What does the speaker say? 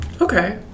Okay